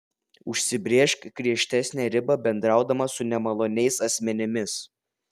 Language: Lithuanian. užsibrėžk griežtesnę ribą bendraudama su nemaloniais asmenimis